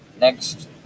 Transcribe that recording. next